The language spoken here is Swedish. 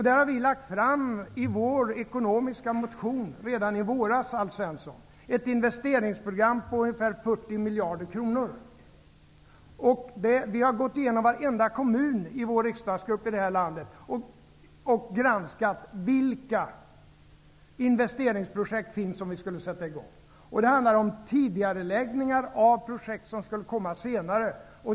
Där lade vi i vår ekonomiska motion redan i våras, Alf Svensson, fram ett investeringsprogram på ungefär 40 miljarder kronor. Vår riksdagsgrupp har gått igenom varenda kommun i landet och granskat vilka investeringsprojekt som finns att sätta i gång. Det handlar om tidigareläggning av projekt som skulle komma senare.